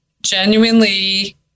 genuinely